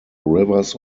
rivers